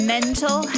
Mental